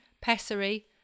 pessary